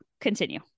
Continue